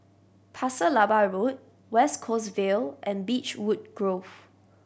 Pasir Laba Road West Coast Vale and Beechwood Grove